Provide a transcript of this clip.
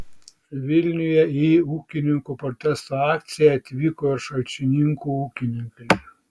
vilniuje į ūkininkų protesto akciją atvyko ir šalčininkų ūkininkai